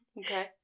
Okay